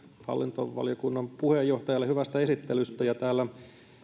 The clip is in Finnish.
hallintovaliokunnan puheenjohtajalle hyvästä esittelystä täällä